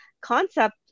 concept